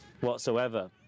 whatsoever